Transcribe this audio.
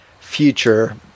future